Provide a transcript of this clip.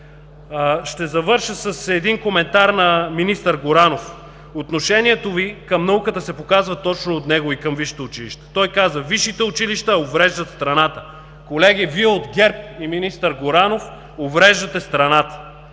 Ще завърша с един коментар на министър Горанов. Отношението Ви към науката се показва точно от него и към висшите училища. Той каза: „висшите училища увреждат страната“. Колеги, Вие – от ГЕРБ, и министър Горанов увреждате страната.